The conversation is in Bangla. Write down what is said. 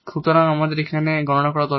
সুতরাং এখন আমাদের এখানে গণনা করা দরকার